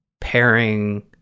pairing